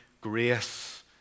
grace